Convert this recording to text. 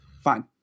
fine